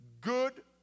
good